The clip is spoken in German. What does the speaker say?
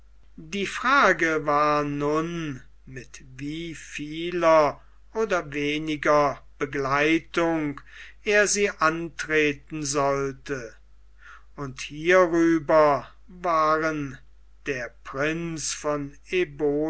die frage war nun mit wie vieler oder weniger begleitung er sie antreten sollte und hierüber waren der prinz von eboli